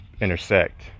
intersect